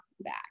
back